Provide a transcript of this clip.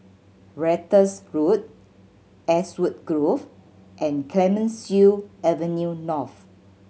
Ratus Road Ashwood Grove and Clemenceau Avenue North